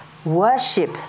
Worship